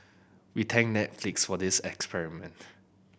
we thank Netflix for this experiment